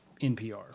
NPR